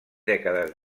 dècades